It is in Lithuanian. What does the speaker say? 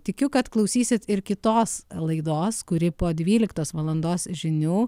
tikiu kad klausysit ir kitos laidos kuri po dvyliktos valandos žinių